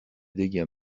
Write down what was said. dégâts